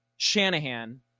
Shanahan